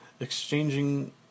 Exchanging